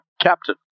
Captain